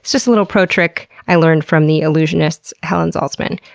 just a little pro trick i learned from the allusionist's helen zaltzman.